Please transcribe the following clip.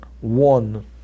one